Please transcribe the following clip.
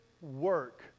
work